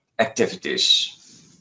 activities